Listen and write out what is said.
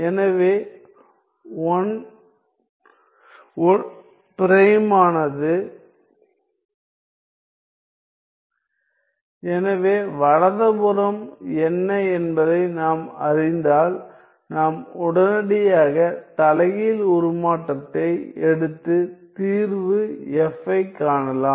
எனவே 1 பிரைமானது எனவே வலது புறம் என்ன என்பதை நாம் அறிந்தால் நாம் உடனடியாக தலைகீழ் உருமாற்றத்தை எடுத்து தீர்வு F ஐக் காணலாம்